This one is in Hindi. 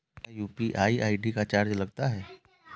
क्या यू.पी.आई आई.डी का चार्ज लगता है?